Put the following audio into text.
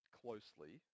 closely